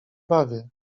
bawię